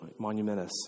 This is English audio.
monumentous